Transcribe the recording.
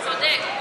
צודק.